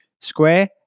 square